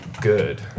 good